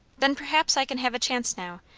then perhaps i can have a chance now.